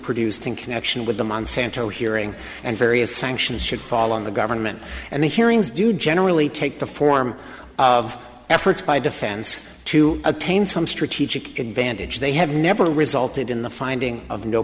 produced in connection with the monsanto hearing and various sanctions should fall on the government and the hearings do generally take the form of efforts by defense to attain some strategic advantage they have never resulted in the finding of no